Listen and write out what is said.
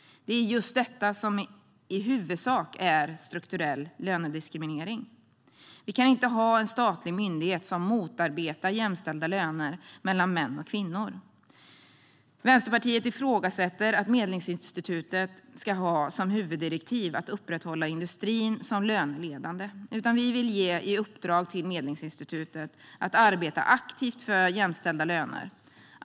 Det är just detta som i huvudsak är strukturell lönediskriminering. Vi kan inte ha en statlig myndighet som motarbetar jämställda löner mellan män och kvinnor. Vänsterpartiet ifrågasätter att Medlingsinstitutet ska ha som huvuddirektiv att upprätthålla industrin som löneledande. Vi vill ge Medlingsinstitutet i uppdrag att arbeta aktivt för jämställda löner.